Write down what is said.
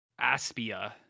Aspia